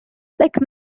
like